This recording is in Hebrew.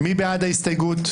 מי בעד ההסתייגות?